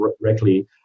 directly